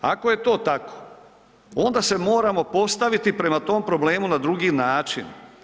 Ako je to tako onda se moramo postaviti prema tom problemu na drugi način.